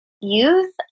use